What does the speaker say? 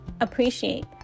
appreciate